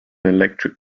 electric